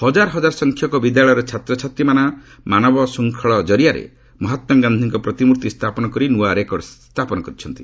ହଜାର ହଜାର ସଂଖ୍ୟକ ବିଦ୍ୟାଳୟର ଛାତ୍ରଛାତ୍ରୀମାନେ ମାନବ ଶୃଙ୍ଖଳ କରିଆରେ ମହାତ୍ମା ଗାନ୍ଧିଙ୍କ ପ୍ରତିମୂର୍ତ୍ତୀ ସ୍ଥାପନ କରି ନୂଆ ରେକର୍ଡ ସ୍ନୁଷ୍ଟି କରିଥିଲେ